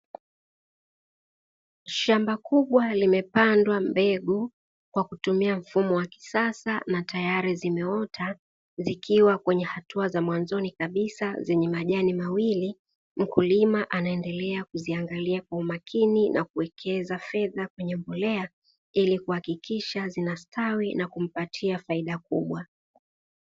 Shamba kubwa limepandwa mbegu kwa kutumia mfumo wa kisasa, na tayari zimeota zikiwa kwenye hatua za mwanzoni kabisa zenye majani mawili, mkulima anaendelea kuziangalia kwa umakini na kuwekeza fedha kwenye mbolea, ili kuhakikisha zinastawi na kumpatia faida kubwa.